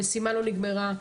המשימה לא נגמרה,